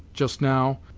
just now,